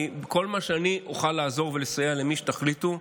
בכל מה שאני אוכל לעזור ולסייע למי שתחליטו,